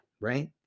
right